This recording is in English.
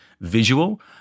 visual